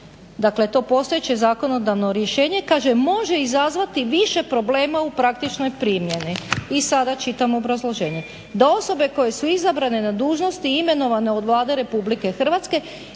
dakle to postojeće zakonodavno rješenje kaže može izazvati više problema u praktičnoj primjeni. I sad čitam obrazloženje, da osobe koje su izabrane na dužnost i imenovane od Vlade Republike Hrvatske